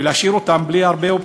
ולהשאיר אותם בלי הרבה אופציות.